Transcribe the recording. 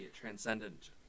transcendent